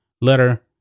letter